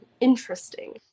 interesting